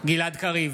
גלעד קריב,